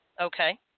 Okay